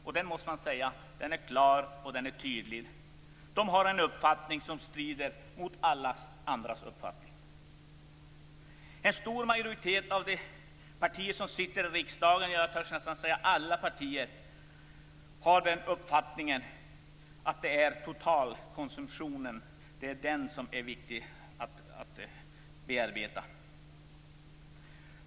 Den är, måste man säga, klar och tydlig. De har en uppfattning som strider mot alla andras uppfattning. En stor majoritet av de partier som sitter i riksdagen, jag törs nästan säga alla partier, har den uppfattningen att det är totalkonsumtionen som är viktig att arbeta med.